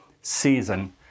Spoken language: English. season